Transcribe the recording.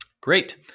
Great